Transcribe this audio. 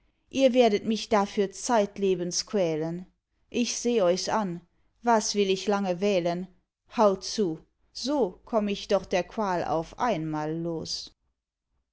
ihr werdet mich dafür zeitlebens quälen ich seh euchs an was will ich lange wählen haut zu so komm ich doch der qual auf einmal los